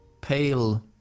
pale